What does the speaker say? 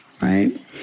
right